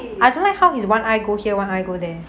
I don't like how his one eye go here one eye go there